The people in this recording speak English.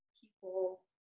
people